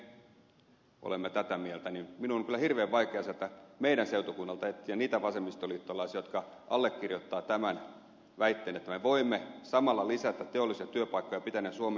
korhonen että me olemme tätä mieltä niin minun on kyllä hirveän vaikea sieltä meidän seutukunnaltamme etsiä niitä vasemmistoliittolaisia jotka allekirjoittavat sen väitteen että me voimme samalla lisätä teollisia työpaikkoja pitää ne suomessa ja vastustaa lisäydinvoiman rakentamista